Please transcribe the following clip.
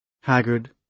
haggard